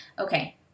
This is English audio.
Okay